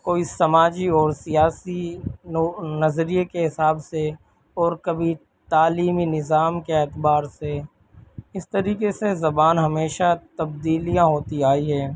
کوئی سماجی و سیاسی نظریے کے حساب سے اور کبھی تعلیمی نظام کے اعتبار سے اس طریقے سے زبان ہمیشہ تبدیلیاں ہوتی آئی ہے